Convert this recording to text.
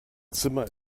zimmer